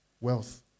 wealth